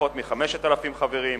פחות מ-5,000 חברים,